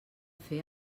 fer